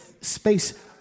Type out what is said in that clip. space